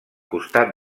costat